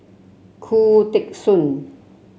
Khoo Teng Soon